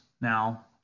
now